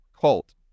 cult